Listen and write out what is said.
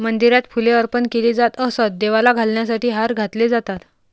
मंदिरात फुले अर्पण केली जात असत, देवाला घालण्यासाठी हार घातले जातात